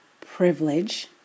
privilege